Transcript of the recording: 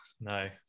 No